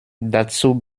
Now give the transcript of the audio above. dazu